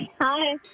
Hi